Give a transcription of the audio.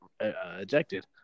ejected